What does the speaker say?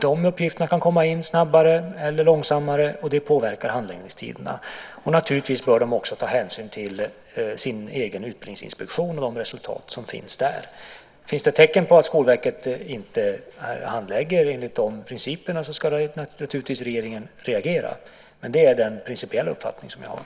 De uppgifterna kan komma in snabbare eller långsammare, och det påverkar handläggningstiderna. De bör naturligtvis också ta hänsyn till sin egen utbildningsinspektion och de resultat som finns där. Finns det tecken på att Skolverket inte handlägger enligt de principerna ska regeringen naturligtvis reagera. Det är den principiella uppfattning jag har.